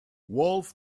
wolf